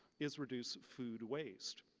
is reduce food waste.